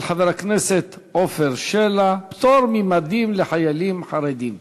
של חבר הכנסת עפר שלח: פטור ממדים לחיילים חרדים.